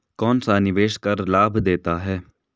कौनसा निवेश कर लाभ देता है?